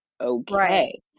okay